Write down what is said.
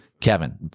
Kevin